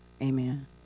Amen